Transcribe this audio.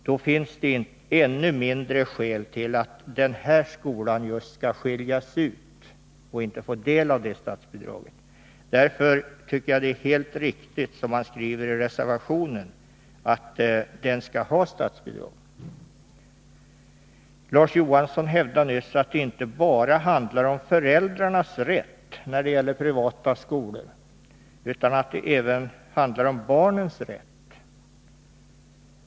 Då finns det ännu mindre skäl till att just den här skolan skall skiljas ut och inte få del av statsbidraget. Jag tycker att det är helt riktigt som man skriver i reservationen, att skolan skall ha statsbidrag. Larz Johansson hävdade nyss att det inte bara handlar om föräldrarnas rätt när det gäller privata skolor utan att det även handlar om barnens rätt.